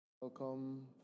Welcome